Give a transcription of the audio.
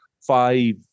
five